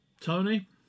Tony